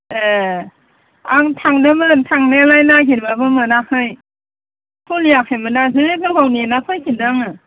ए आं थांदोंमोन थांनायालाय नागिरबाबो मोनाखै खुलियाखैमोनना जि गोबाव नेना फैफिनदों आङो